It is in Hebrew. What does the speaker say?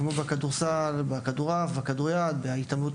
כמו כדורסל; כדורעף; כדוריד; התעמלות